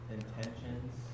intentions